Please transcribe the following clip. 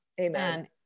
Amen